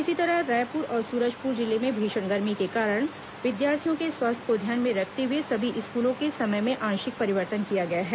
इसी तरह रायपुर और सूरजपुर जिले में भीषण गर्मी के कारण विद्यार्थियों के स्वास्थ्य को ध्यान में रखते हुए सभी स्कूलों के समय में आंशिक परिवर्तन किया गया है